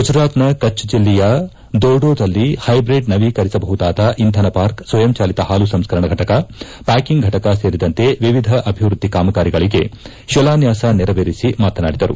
ಗುಜರಾತ್ನ ಕಚ್ ಜೆಲ್ಲೆಯ ದೋರ್ಡೋದಲ್ಲಿ ಹೈಬ್ರಿಡ್ ನವೀಕರಿಸಬಹು ದಾದ ಇಂಧನ ಪಾರ್ಕ್ ಸ್ವಯಂ ಚಾಲಿತ ಹಾಲು ಸಂಸ್ಕರಣೆ ಫಟಕ ಪ್ಯಾಕಿಂಗ್ ಫಟಕ ಸೇರಿದಂತೆ ವಿವಿಧ ಅಭಿವೃದ್ದಿ ಕಾಮಗಾರಿಗೆ ತಿಲಾನ್ಯಾಸ ನೇರವೇರಿಸಿ ಅವರು ಮಾತನಾಡಿದರು